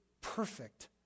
perfect